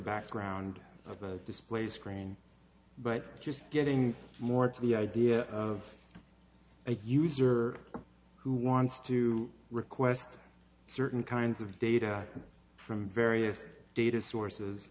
background of the display screen but just getting more into the idea of a user who wants to request certain kinds of data from various data sources